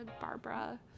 Barbara